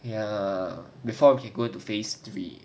ya before we can go to phase three